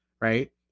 Right